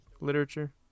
literature